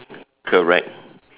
correct